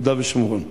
ליהודה ושומרון.